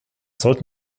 sollten